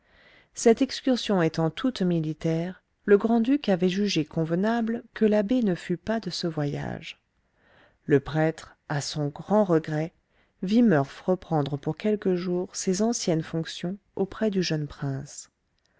cette excursion étant toute militaire le grand-duc avait jugé convenable que l'abbé ne fût pas de ce voyage le prêtre à son grand regret vif murph reprendre pour quelques jours ses anciennes fonctions auprès du jeune prince